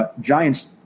Giants